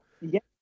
Yes